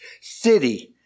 city